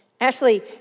Ashley